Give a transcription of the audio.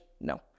no